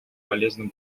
полезным